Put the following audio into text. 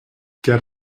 get